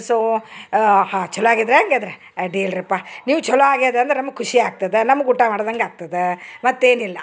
so ಹಾ ಚಲೊ ಆಗಿದ್ರ ಹಂಗಾದ್ರ ಅಡೀಲ್ರಪ್ಪ ನೀವು ಛಲೋ ಆಗ್ಯಾದ ಅಂದ್ರ ನಮ್ಗ ಖುಷಿ ಆಗ್ತದ ನಮ್ಗ ಊಟ ಮಾಡ್ದಂಗೆ ಆಗ್ತದ ಮತ್ತೇನಿಲ್ಲ